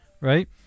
right